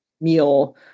meal